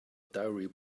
diary